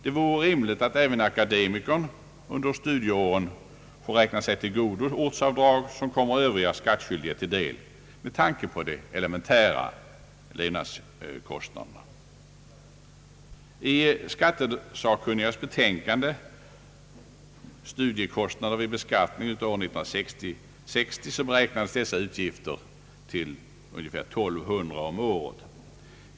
Det vore rimligt att även akademikern under studieåren får räkna sig till godo ortsavdrag som kommer Övriga skattskyldiga till del med tanke på de elementära levnadskostnaderna. I skattelagssakkunnigas betänkande »Studiekostnader vid beskattning» av år 1960 beräknas utgifterna av denna karaktär till ungefär 1200 kronor om året.